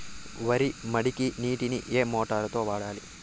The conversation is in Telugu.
వరి మడికి నీటిని ఏ మోటారు తో వాడాలి?